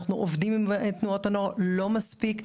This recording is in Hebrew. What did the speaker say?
אנחנו עובדים עם תנועות הנוער לא מספיק.